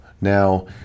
Now